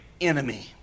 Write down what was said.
enemy